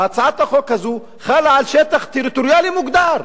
הצעת החוק הזאת חלה על שטח טריטוריאלי מוגדר,